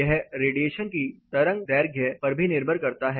यह रेडिएशन की तरंगदैर्घ्य पर भी निर्भर करता है